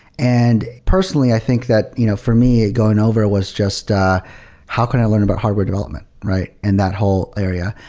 and personally, i think that you know for me going over it was just how can i learn about hardware development and that whole area?